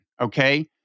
okay